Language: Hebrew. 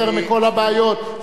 כל הבעיות האלה לא יהיו.